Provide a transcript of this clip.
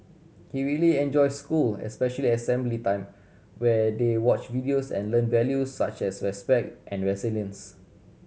he really enjoy school especially assembly time where they watch videos and learn values such as respect and resilience